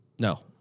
No